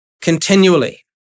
continually